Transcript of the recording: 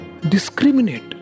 Discriminate